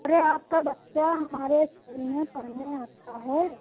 अरे आपका बच्चा हमारे स्कूल में पढ़ने में अच्छा है